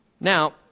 now